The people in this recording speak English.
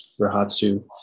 rahatsu